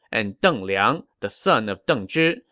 and deng liang, the son of deng zhi.